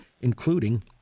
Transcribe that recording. including